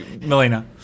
Melina